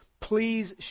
Please